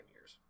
years